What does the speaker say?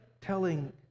telling